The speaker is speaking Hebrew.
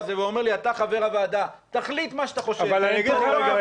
הוא מגיע עם עמדה,